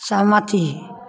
सहमति